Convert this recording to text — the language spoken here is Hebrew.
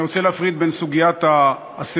אני רוצה להפריד בין סוגיית האסירים,